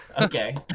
Okay